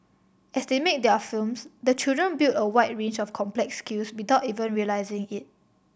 as they make their films the children build a wide range of complex skills without even realising it